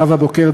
נאוה בוקר,